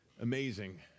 Amazing